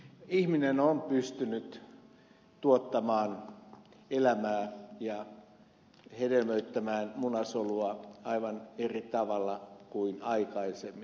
ihminen on pystynyt tuottamaan elämää ja hedelmöittämään munasolua aivan eri tavalla kuin aikaisemmin